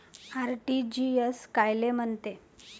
RTGS कायले म्हनते?